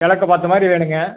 கிலக்க பார்த்தமாரி வேணுங்க